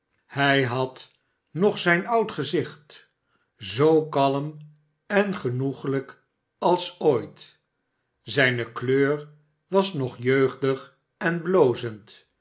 hij had nog zijn oud gezicht zoo kalm en genoeglijk als ooit zijne kleur was nog jeugdig en blozend